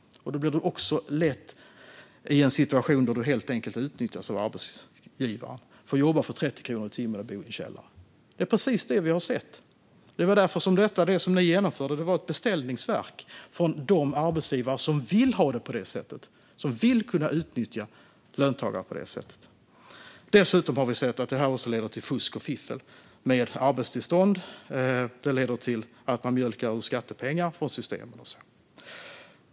Du hamnar lätt i en situation där du blir utnyttjad av arbetsgivare och får jobba för 30 kronor i timmen och bo i en källare. Det är precis det här som vi har sett. Det som ni genomförde var ett beställningsverk från de arbetsgivare som vill ha det på det sättet och som vill kunna utnyttja löntagare. Dessutom har vi sett att det här leder till fusk och fiffel med arbetstillstånd och till att man mjölkar skattepengar ur systemen.